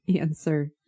answer